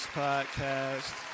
podcast